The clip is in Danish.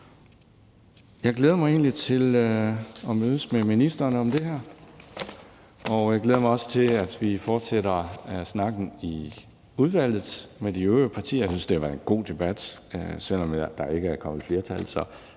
Jeg glæder mig egentlig til at mødes med ministeren om det her, og jeg glæder mig også til, at vi fortsætter snakken i udvalget med de øvrige partier. Jeg synes, det har været en god debat, selv om der ikke er flertal